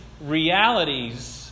realities